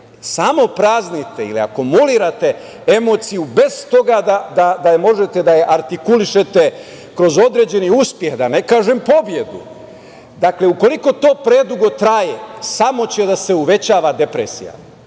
samo praznite ili akumulirate emociju bez toga da možete da je artikulišete kroz određeni uspeh, da ne kažem pobedu, dakle ukoliko to predugo traje, samo će da se uvećava depresija,